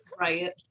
right